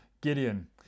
Gideon